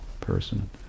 person